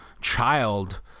child